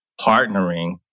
partnering